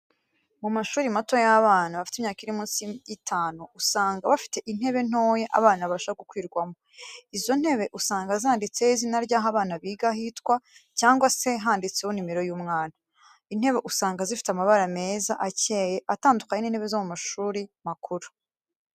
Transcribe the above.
Mu mashuri mato y'abana, bafite imyaka iri munsi y'itanu, usanga bafite intebe ntoya abana babasha gukwirwamo, izo ntebe usanga zanditseho izina ryaho abana biga hitwa, cyangwa se handitseho numero y'umwana. Intebe usanga zifite amabara meza akeye atandukanye n'intebe zo mu mashuri makuru.